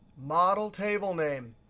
model table name.